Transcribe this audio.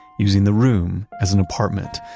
using the room as an apartment.